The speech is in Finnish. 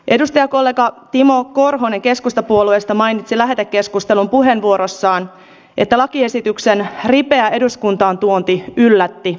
edustajakollega timo korhonen keskustapuolueesta mainitsi lähetekeskustelun puheenvuorossaan että lakiesityksen ripeä eduskuntaan tuonti yllätti hänet